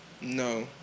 No